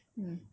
mm